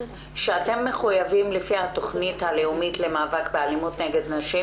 אתם מחויבים לפי התכניות הלאומית למאבק באלימות נגד נשים,